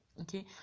Okay